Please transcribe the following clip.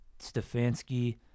Stefanski